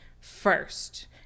first